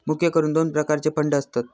मुख्य करून दोन प्रकारचे फंड असतत